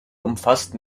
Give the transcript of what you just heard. umfasste